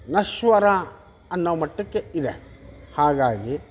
ನಶ್ವರ ಅನ್ನೋ ಮಟ್ಟಕ್ಕೆ ಇದೆ ಹಾಗಾಗಿ